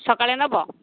ସକାଳେ ନେବେ